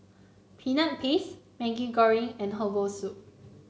Peanut Paste Maggi Goreng and Herbal Soup